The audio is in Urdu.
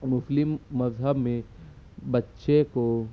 مسلم مذہب میں بچے کو